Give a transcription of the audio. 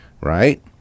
right